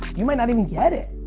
you might not even get it,